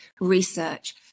research